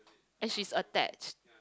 and she's attached